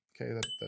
Okay